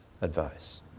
advice